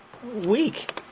week